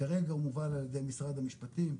כרגע הוא מובל על ידי משרד המשפטים,